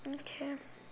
okay